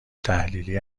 تحلیلی